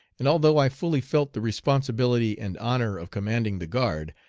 and although i fully felt the responsibility and honor of commanding the guard,